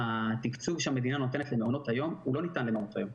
התקצוב שהמדינה נותנת למעונות היום הוא לא ניתן למעונות היום,